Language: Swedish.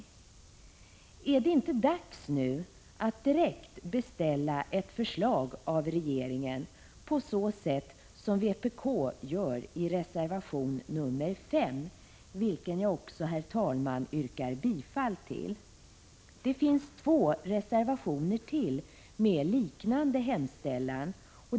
Är det inte dags nu att direkt beställa ett förslag av regeringen på det sätt som vpk gör i reservation nr 5, vilken jag yrkar bifall till. Det finns två reservationer till med liknande yrkande.